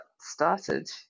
started